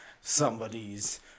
somebody's